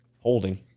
holding